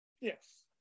Yes